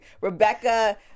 Rebecca